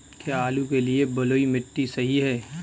क्या आलू के लिए बलुई मिट्टी सही है?